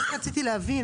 אני רק רוצה להבין,